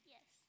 Yes